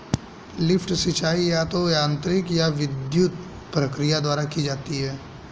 lift सिंचाई या तो यांत्रिक या विद्युत प्रक्रिया द्वारा की जाती है